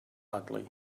ugly